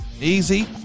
easy